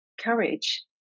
courage